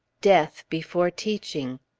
death before teaching.